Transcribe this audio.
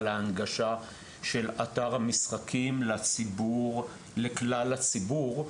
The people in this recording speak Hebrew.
על ההנגשה של אתר המשחקים לכלל הציבור.